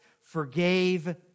forgave